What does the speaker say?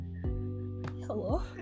hello